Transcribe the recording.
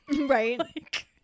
Right